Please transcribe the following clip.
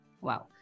wow